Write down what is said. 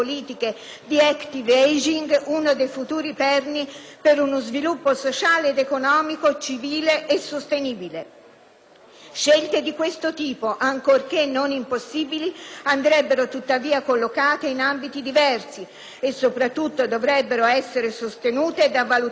per uno sviluppo sociale ed economico civile e sostenibile. Scelte di questo tipo, ancorché non impossibili, andrebbero tuttavia collocate in ambiti diversi e, soprattutto, dovrebbero essere sostenute da valutazioni molto più generali e approfondite.